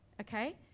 okay